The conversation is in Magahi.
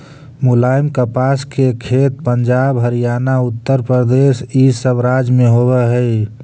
मुलायम कपास के खेत पंजाब, हरियाणा, उत्तरप्रदेश इ सब राज्य में होवे हई